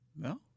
No